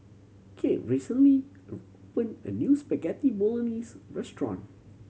Cade recently opened a new Spaghetti Bolognese restaurant